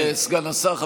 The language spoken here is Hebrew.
תודה רבה לסגן השר.